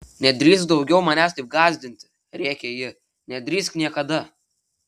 nedrįsk daugiau manęs taip gąsdinti rėkė ji nedrįsk niekada